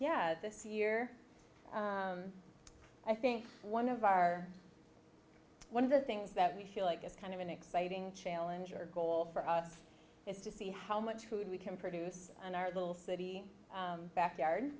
yeah this year i think one of our one of the things that we feel like is kind of an exciting challenge or goal for us is to see how much food we can produce in our little city backyard